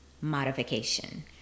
modification